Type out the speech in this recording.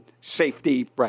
safety –